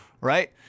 Right